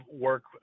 work